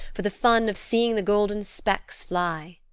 for the fun of seeing the golden specks fly.